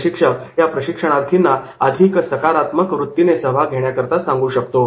प्रशिक्षक या प्रशिक्षणार्थींना अधिक सकारात्मक वृत्तीने सहभाग घेण्याकरिता सांगू शकतो